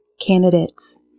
candidates